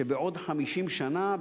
שבעוד 50 שנה,